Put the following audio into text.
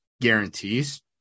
guarantees